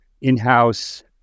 in-house